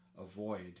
avoid